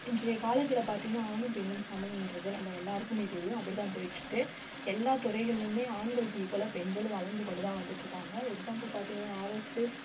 இன்றைய காலத்தில் பார்த்திங்கன்னா ஆணும் பெண்ணும் சமம் என்றதை நம்ம எல்லாருக்குமே தெரியும் அப்படி தான் போயிட்டு இருக்குது எல்லா துறைகள்லியுமே ஆண்களுக்கு ஈக்குவலாக பெண்களும் வளர்ந்து கொண்டு தான் வந்துட்டு இருக்காங்க எக்ஸ்சாம்புல் பார்த்திங்கன்னா ஏரோஸ்டஸ்